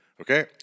Okay